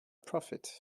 profit